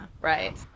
Right